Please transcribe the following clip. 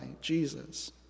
Jesus